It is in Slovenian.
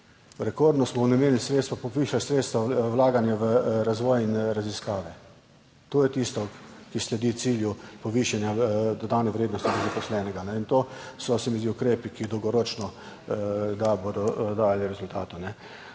Rekordno smo namenili sredstva, povišala sredstva vlaganja v razvoj in raziskave. To je tisto, ki sledi cilju povišanja dodane vrednosti na zaposlenega, in to so, se mi zdi, ukrepi, ki dolgoročno, da bodo dajali rezultate.